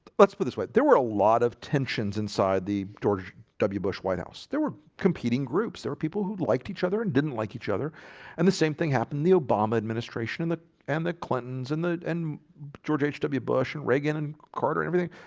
let's put this way. there were a lot of tensions inside the george w bush white house there were competing groups there were people who liked each other and didn't like each other and the same thing happened the obama administration and the and the clintons and the and george hw bush and reagan and carter everything